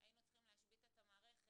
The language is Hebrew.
היינו צריכים להשבית את המערכת,